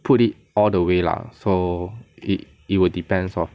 put it all the way lah so it it will depends lor